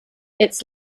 its